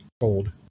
gold